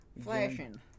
flashing